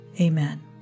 Amen